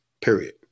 Period